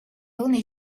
only